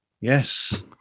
yes